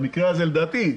במקרה הזה, לדעתי,